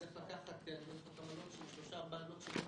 צריך לקחת שלושה או ארבעה נוטצ'ים למטה.